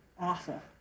Awful